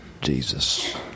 Jesus